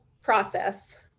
process